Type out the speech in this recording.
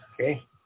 okay